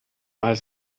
als